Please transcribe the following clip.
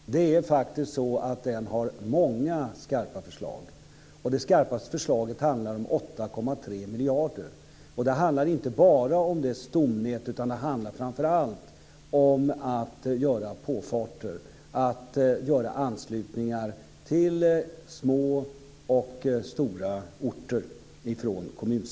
Fru talman! Låt mig börja med att ta upp IT propositionen. Den har många skarpa förslag. Det skarpaste förslaget handlar om 8,3 miljarder. Det handlar inte bara om ett stomnät, utan det handlar framför allt om att göra påfarter och anslutningar från kommuncentrumet till små och stora orter. Fru talman!